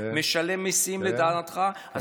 ומשלם מיסים לטענתך.